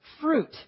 fruit